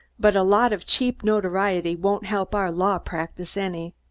but a lot of cheap notoriety won't help our law practise any.